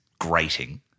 grating